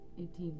18